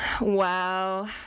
wow